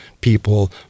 people